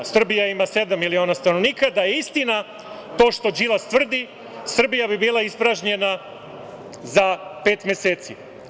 Srbija ima sedam miliona stanovnika, da je istina to što Đilas tvrdi, Srbija bi bila ispražnjena za pet meseci.